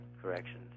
corrections